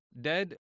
dead